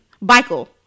Michael